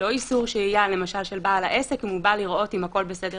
לא שהייה של בעל העסק שבא לראות אם הכול בסדר